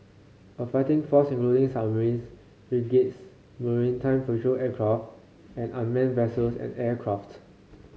a fighting force including submarines frigates maritime patrol aircraft and unmanned vessels and aircraft